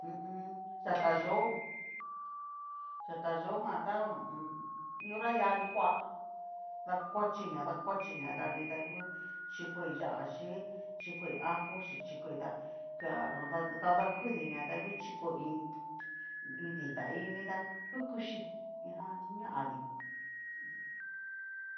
Yatayó yatayójan ta iin hora liani kua, dakuachiña dakuachiña ta nrita ngu chikoi ya'a xhí, chikoi ajoxhí, chiko tá kuea ta kadakudiña ta ngu chikoi iin iin dita inita ngu kuxhí, ñajan ngu ña adí.